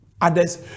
Others